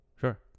Sure